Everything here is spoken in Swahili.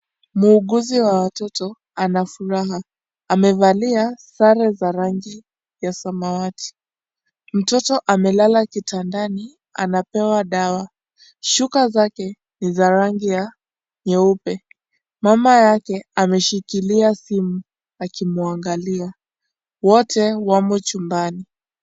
Muuguzi wa watoto anafuraha amevalia sare za rangi ya samawati mtoto amelala kitandani anapewa dawa shuka zake ni za rangi ya nyeupe mama yake ameshikilia simu akimwangalia wote wamo chumbani.